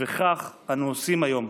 וכך אנו עושים היום.